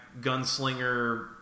gunslinger